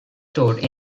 stored